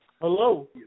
Hello